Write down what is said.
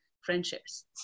friendships